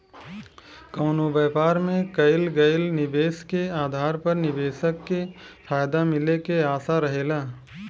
कवनो व्यापार में कईल गईल निवेश के आधार पर निवेशक के फायदा मिले के आशा रहेला